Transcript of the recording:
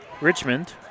Richmond